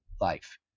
life